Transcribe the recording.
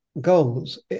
goals